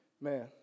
Man